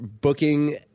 booking